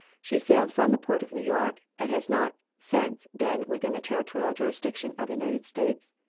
she sailed from the port of new york and has not since been within the territorial jurisdiction of the united states.